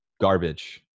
garbage